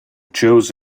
chose